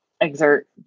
exert